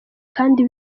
kandi